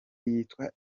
yitwa